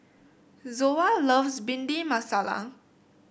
Zoa loves Bhindi Masala